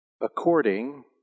according